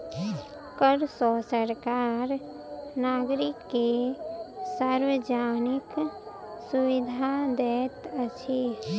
कर सॅ सरकार नागरिक के सार्वजानिक सुविधा दैत अछि